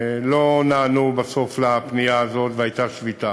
לא נענו בסוף לפנייה הזאת, והייתה שביתה.